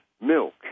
milk